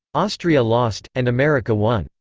austria lost, and america won.